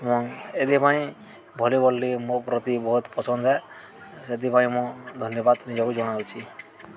ଏବଂ ଏଥିପାଇଁ ଭଲିବଲ୍ଟି ମୋ ପ୍ରତି ବହୁତ ପସନ୍ଦ ଏ ସେଥିପାଇଁ ମୁଁ ଧନ୍ୟବାଦ ନିଜକୁ ଜଣାଉଛି